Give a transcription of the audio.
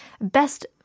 best